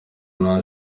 nta